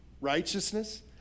righteousness